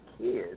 kids